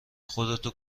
خودتو